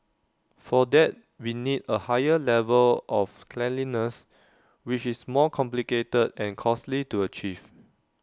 for that we need A higher level of cleanliness which is more complicated and costly to achieve